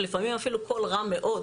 ולפעמים אפילו קול רם מאוד